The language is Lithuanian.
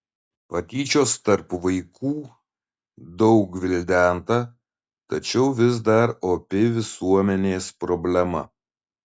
patyčios tarp vaikų daug gvildenta tačiau vis dar opi visuomenės problema